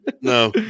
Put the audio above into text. No